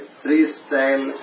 freestyle